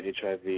HIV